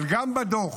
אבל גם בדוח,